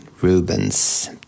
Rubens